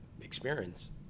experience